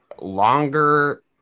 longer